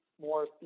more